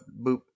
Boop